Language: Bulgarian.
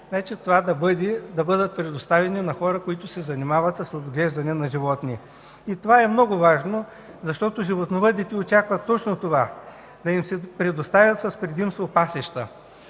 на земеделските земи на хора, които се занимават с отглеждане на животни. Това е много важно, защото животновъдите очакват точно това – да им се предоставят с предимство пасища.